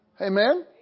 Amen